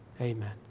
Amen